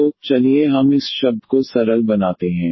तो चलिए हम इस शब्द को सरल बनाते हैं